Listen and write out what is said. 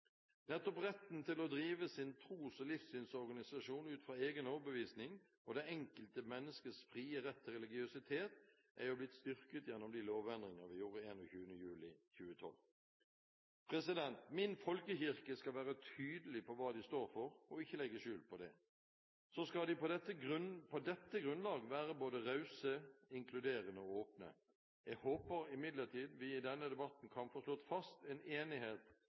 Nettopp retten til å drive sin tros- og livssynsorganisasjon ut fra egen overbevisning, og det enkelte menneskes frie rett til religiøsitet, er jo blitt styrket gjennom de lovendringer vi gjorde den 21. juli 2012. Min folkekirke skal være tydelig på hva den står for, og ikke legge skjul på det. Så skal den på dette grunnlaget være både raus, inkluderende og åpen. Jeg håper imidlertid vi i denne debatten kan få slått fast en enighet